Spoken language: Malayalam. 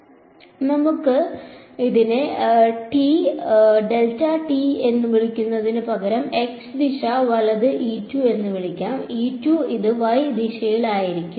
അതിനാൽ നമുക്ക് ഇതിനെ വിളിക്കുന്നതിന് പകരം x ദിശ വലത് എന്ന് വിളിക്കാം ഇത് y ദിശയിൽ ആയിരിക്കും